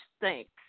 thanks